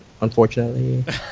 unfortunately